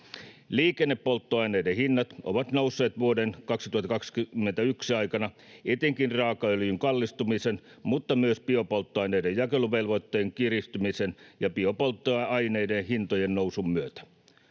Liikennepolttoaineiden hinnat ovat nousseet vuoden 2021 aikana etenkin raakaöljyn kallistumisen mutta myös biopolttoaineiden jakeluvelvoitteen kiristymisen ja biopolttoaineiden hintojen nousun myötä.